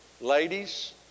Ladies